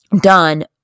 done